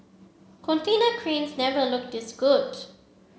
container cranes never looked this good